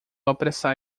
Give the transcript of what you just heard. apressar